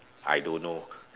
I don't know